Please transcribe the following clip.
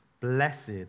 Blessed